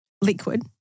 liquid